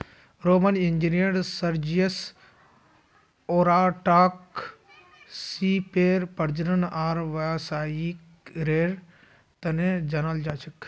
Roman engineer Sergius ओराटाक सीपेर प्रजनन आर व्यावसायीकरनेर तने जनाल जा छे